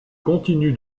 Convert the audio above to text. continuent